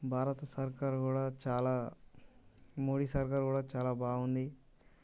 భారత సర్కార్ కూడా చాలా మోడీ సర్కార్ కూడా చాలా బాగుంది